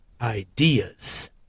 ideas